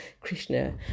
Krishna